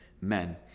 men